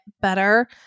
better